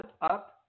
up